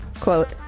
quote